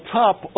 top